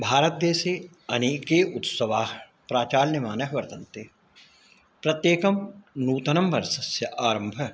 भारतदेशे अनेके उत्सवाः प्राचाल्यमानाः वर्तन्ते प्रत्येकं नूतनं वर्षस्य आरम्भः